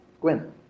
Gwen